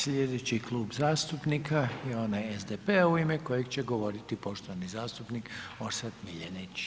Sljedeći Klub zastupnika je onaj SDP-a u ime kojeg će govoriti poštovani zastupnik Orsat Miljenić.